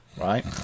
right